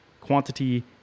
quantity